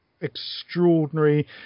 extraordinary